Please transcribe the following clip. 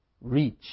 Reach